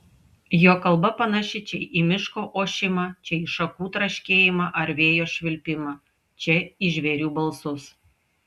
jo kalba panaši čia į miško ošimą čia į šakų traškėjimą ar vėjo švilpimą čia į žvėrių balsus